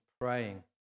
praying